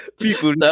People